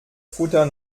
futter